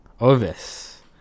Ovis